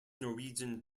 norwegian